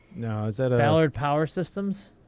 now, is that a ballard power systems?